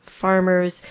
farmers